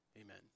amen